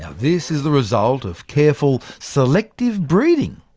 ah this is the result of careful selective breeding,